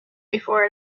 before